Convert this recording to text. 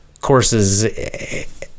courses